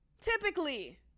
Typically